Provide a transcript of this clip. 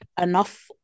enough